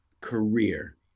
Career